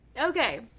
okay